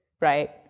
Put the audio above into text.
right